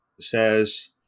says